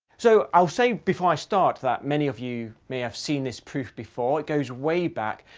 so i'll say before i start that many of you may have seen this proof before. it goes way back.